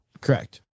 Correct